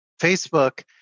Facebook